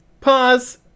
Pause